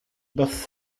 bus